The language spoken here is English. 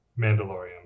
Mandalorian